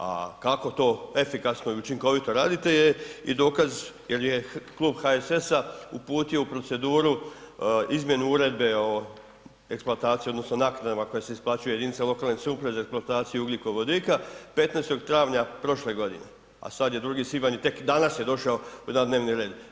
A kako to efikasno i učinkovito radite je i dokaz jer je Klub HSS-a uputio u proceduru izmjenu Uredbe o eksploataciji odnosno naknadama koje se isplaćuju jedinicama lokalne samouprave za eksploataciju ugljikovodika 15. travnja prošle godine, a sad je 2. svibanj i tek danas je došao na dnevni red.